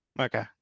Okay